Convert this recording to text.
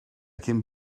cyn